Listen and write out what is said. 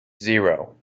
zero